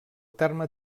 terme